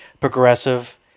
progressive